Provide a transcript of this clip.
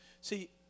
See